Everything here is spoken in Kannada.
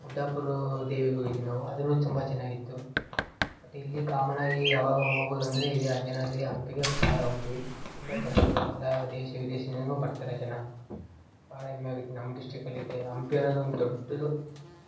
ಗುಡ್ಡಾಪುರ ದೇವೀಗೆ ಹೋಗಿದೀವ್ ನಾವು ಅದೂನೂ ತುಂಬ ಚೆನ್ನಾಗಿತ್ತು ಬಟ್ ಇಲ್ಲಿ ಕಾಮನ್ನಾಗಿ ಅವಾಗಾವಾಗ ಹೋಗೋದು ಅಂದರೆ ಇದೆ ಅಂಜನಾದ್ರಿ ಹಂಪಿಗೆ ಭಾಳ ಹೋಗ್ತಿವಿ ತುಂಬ ಚೆನ್ನಾಗಿದೆ ಎಲ್ಲ ದೇಶ ವಿದೇಶದಿಂದಲೂ ಬರ್ತಾರೆ ಜನ ಭಾಳ ಹೆಮ್ಮೆ ಆಗುತ್ತೆ ನಮ್ಮ ಡಿಸ್ಟಿಕಲ್ಲಿದೆ ಹಂಪಿ ಅನ್ನೋದು ಒಂದು ದೊಡ್ದದು